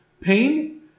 Pain